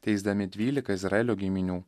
teisdami dvylika izraelio giminių